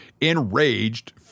enraged